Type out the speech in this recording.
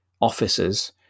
officers